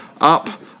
up